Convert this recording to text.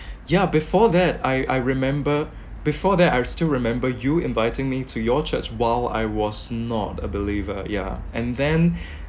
ya before that I I remember before that I still remember you inviting me to your church while I was not a believer yeah and then